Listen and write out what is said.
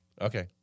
Okay